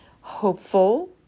hopeful